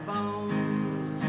Bones